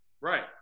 Right